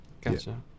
gotcha